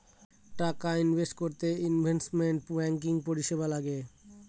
টাকা ইনভেস্ট করতে investment banking পরিষেবা লাগে